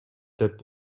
деп